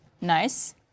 Nice